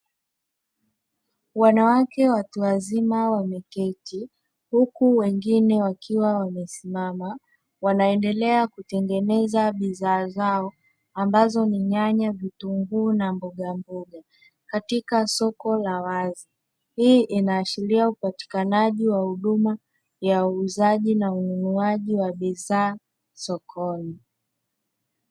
Wanawake watu wazima wameketi, huku wengine wakiwa wamesimama wanaendelea kutengeneza bidhaa zao ambazo ni nyanya vitunguu na mbogamboga katika soko la wazi, hii inaashiria upatikanaji wa huduma ya uuzaji na ununuaji wa bidhaa sokoni.